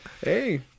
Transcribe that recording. Hey